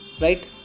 right